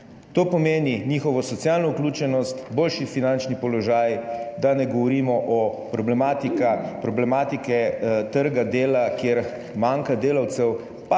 To pomeni njihovo socialno vključenost, boljši finančni položaj, da ne govorimo o problematiki trga dela, kjer manjka delavcev, pa